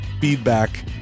feedback